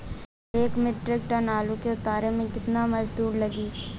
एक metric ton आलू के उतारे मे कितना मजदूर लागि?